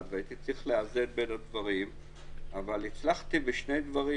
והייתי צריך לאזן בין הדברים אבל הצלחתי בשני דברים.